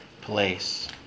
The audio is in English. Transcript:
place